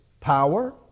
power